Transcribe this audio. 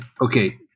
okay